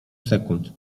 sekund